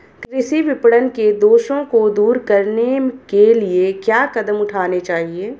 कृषि विपणन के दोषों को दूर करने के लिए क्या कदम उठाने चाहिए?